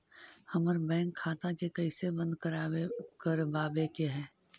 हमर बैंक खाता के कैसे बंद करबाबे के है?